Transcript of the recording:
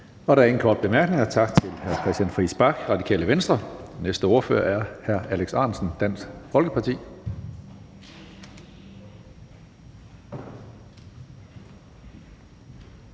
Der er ingen korte bemærkninger. Tak til hr. Christian Friis Bach, Radikale Venstre. Næste ordfører er hr. Alex Ahrendtsen, Dansk Folkeparti.